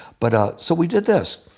but ah so we did this.